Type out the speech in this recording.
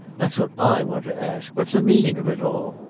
that's what i want to ask. what's the meaning of it all?